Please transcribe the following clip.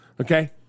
Okay